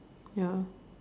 ya